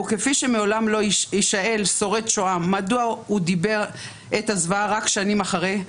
וכפי שמעולם לא יישאל שורד שואה מדוע הוא דיבר את הזוועה רק שנים אחרי,